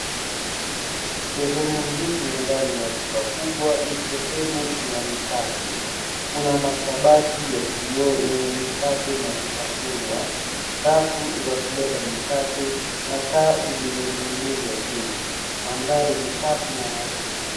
Sehemu hii ya ndani ya duka kubwa ni sehemu ya mikate, kuna makabati ya kioo yenye mikaye na vitafunwa kavu za kubeba mikate na ya taa zilizoninginizwa juu, mandhari ni safi.